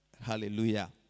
Hallelujah